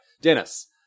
Dennis